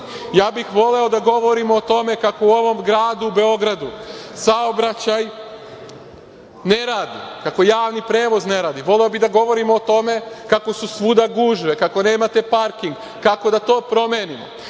bih voleo da govorimo o tome kako u ovom gradu Beogradu saobraćaj ne radi, kako javni prevoz ne radi, voleo bih da govorimo o tome kako su svuda gužve, kako nemate parking, kako da to promenimo.